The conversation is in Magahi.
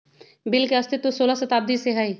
बिल के अस्तित्व सोलह शताब्दी से हइ